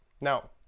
Now